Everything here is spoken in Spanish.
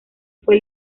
fue